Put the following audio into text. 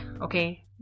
okay